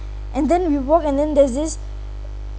and then we walk and there's this